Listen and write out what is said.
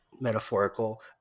metaphorical